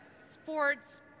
sports